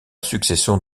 succession